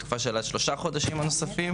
ותקופה של עד שלושה חודשים הנוספים.